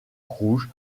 rouge